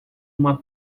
uma